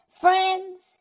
Friends